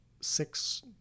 six